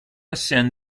ascend